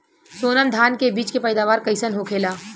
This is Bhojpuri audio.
सोनम धान के बिज के पैदावार कइसन होखेला?